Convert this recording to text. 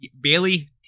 Bailey